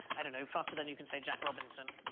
i don't know, faster than you can say jack robinson